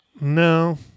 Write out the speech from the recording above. No